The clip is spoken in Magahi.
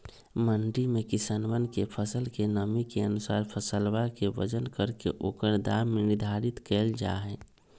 मंडी में किसनवन के फसल के नमी के अनुसार फसलवा के वजन करके ओकर दाम निर्धारित कइल जाहई